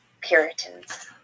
Puritans